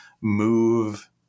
move